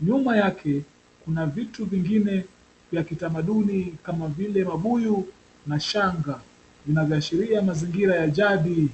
Nyuma yake kuna vitu vingine vya kitamaduni kama vile mabuyu na shanga vinavyoashiria mazingira ya jadi.